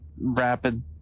rapid